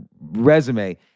resume